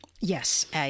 Yes